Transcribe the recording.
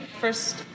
First